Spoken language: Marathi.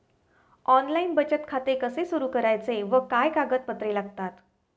ऑनलाइन बचत खाते कसे सुरू करायचे व काय कागदपत्रे लागतात?